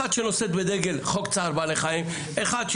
אחת שנושאת בדגל חוק צער בעלי חיים וועדה